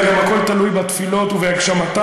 גם הכול תלוי בתפילות ובהגשמתן,